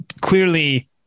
Clearly